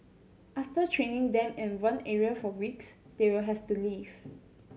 after training them in one area for weeks they will have to leave